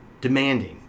demanding